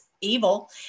evil